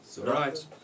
Right